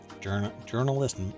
journalist